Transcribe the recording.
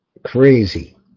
crazy